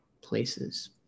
places